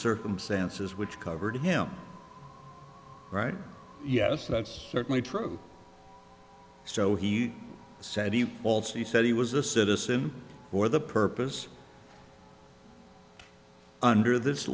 circumstances which covered him right yes that's certainly true so he said he also he said he was a citizen for the purpose under this